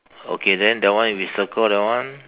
okay then that one we circle that one